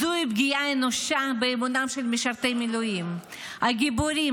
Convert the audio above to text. זוהי פגיעה אנושה באמונם של משרתי המילואים הגיבורים,